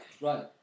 Right